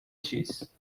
چیز